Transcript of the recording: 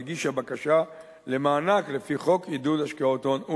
ואף הגישה בקשה למענק לפי חוק עידוד השקעות הון,